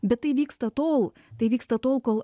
bet tai vyksta tol tai vyksta tol kol